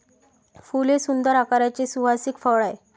फूल हे सुंदर आकाराचे सुवासिक फळ आहे